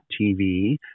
TV